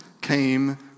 came